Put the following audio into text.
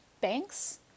banks